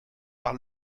par